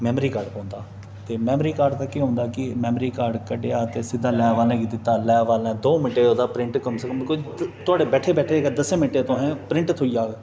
memory card पौंदा ते memory card दा केह् होंदा कि मैमरी कार्ड कड्ढेआ ते सिद्धा लैब आह्लें गी दित्ता लैब आह्लें दो मिनटें च ओह्दा प्रिंट कम स कम कोई थुआढ़े बैठे बैठे दे गै दस्सें मिनटें च तुसेंगी प्निंट थ्होई जाहग